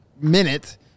minute